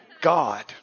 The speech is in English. God